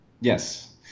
Yes